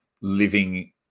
living